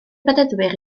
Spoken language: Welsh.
bedyddwyr